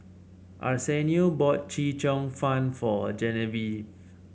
Arsenio bought Chee Cheong Fun for Genevieve